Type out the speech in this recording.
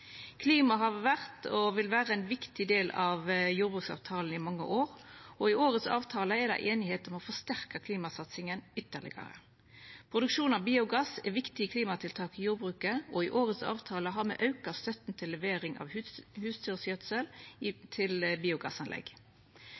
Klima har vore og vil vera ein viktig del av jordbruksavtalen i mange år, og i årets avtale er det einigheit om å forsterka klimasatsinga ytterlegare. Produksjon av biogass er eit viktig klimatiltak i jordbruket. I årets avtale har me auka støtta til levering av husdyrgjødsel til biogassanlegg. Verdiskapingsprogrammet for fornybar energi og teknologiutvikling i